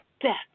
death